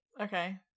Okay